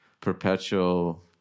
perpetual